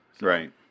Right